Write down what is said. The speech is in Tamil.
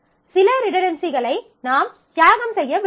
சில ரிடன்டன்சிகளை நாம் தியாகம் செய்ய விரும்பலாம்